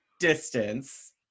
distance